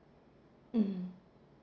mm